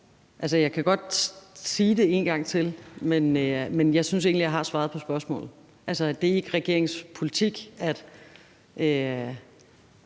gang. Jeg kan godt sige det en gang til, men jeg synes egentlig, jeg har svaret på spørgsmålet: Altså, det er ikke regeringens politik, at